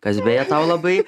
kas beje tau labai